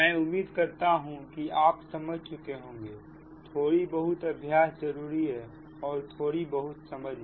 मैं उम्मीद करता हूं कि आप समझ चुके होंगे थोड़ी बहुत अभ्यास जरूरी है और थोड़ी बहुत समझ भी